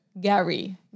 Gary